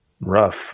rough